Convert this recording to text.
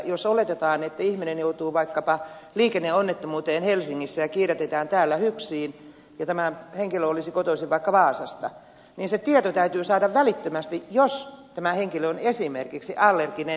jos oletetaan että ihminen joutuu vaikkapa liikenneonnettomuuteen helsingissä ja kiidätetään täällä hyksiin ja tämä henkilö olisi kotoisin vaikka vaasasta niin se tieto täytyy saada välittömästi jos tämä henkilö on esimerkiksi allerginen nukutusaineille